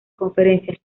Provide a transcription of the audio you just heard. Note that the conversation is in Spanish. conferencias